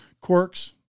quirks